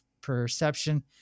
perception